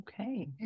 Okay